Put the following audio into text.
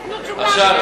אז תיתנו תשובה,